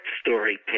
story